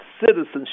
Citizenship